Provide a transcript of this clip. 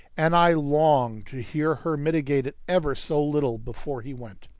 and i longed hear her mitigate it ever so little before he went.